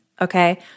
okay